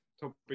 topic